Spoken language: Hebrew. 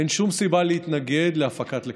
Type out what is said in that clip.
אין שום סיבה להתנגד להפקת לקחים,